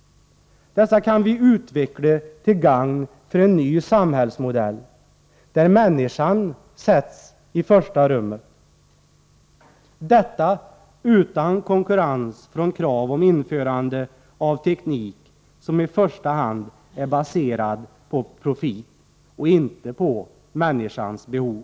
Dessa kan vi utveckla till gagn för en ny samhällsmodell där människan sätts i första rummet. Detta skall ske utan konkurrens från krav om införande av teknik som i första hand — Nr 166 är baserad på profit och inte på människans behov.